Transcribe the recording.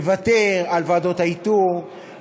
לוותר על ועדות האיתור,